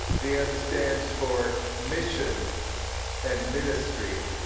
the m stands for mission and ministry,